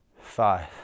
five